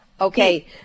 Okay